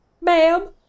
Ma'am